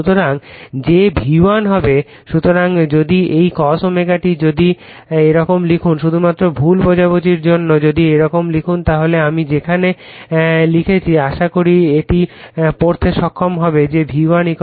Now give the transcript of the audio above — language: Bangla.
সুতরাং যে V1 হবে সুতরাং যদি এই cos ω t যদি এইরকম লিখুন শুধুমাত্র ভুল বোঝাবুঝির জন্য যদি এইরকম লিখুন তাহলে আমি যেখানে লিখছি আশা করি এটি পড়তে সক্ষম হবে যে V1 N1 তারপর ∅ m